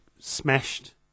smashed